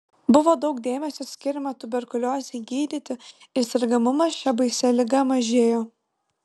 buvo daug dėmesio skiriama tuberkuliozei gydyti ir sergamumas šia baisia liga mažėjo